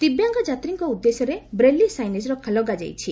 ଦିବ୍ୟାଙ୍ଗ ଯାତ୍ରୀଙ୍କ ଉଦ୍ଦେଶ୍ୟରେ braille signage ଲଗାଯାଇଛି